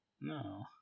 No